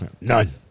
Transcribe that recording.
None